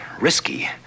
risky